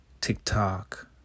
TikTok